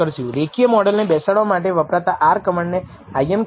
રેખીય મોડલને બેસાડવા માટે વપરાતા R કમાન્ડ ને Im કહેવાય છે